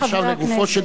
ועכשיו לגופו של עניין,